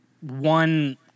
one